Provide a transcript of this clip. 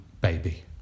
Baby